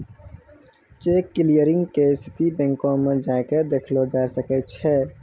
cheque clearing के स्थिति बैंको मे जाय के देखलो जाय सकै छै